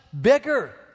bigger